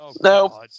No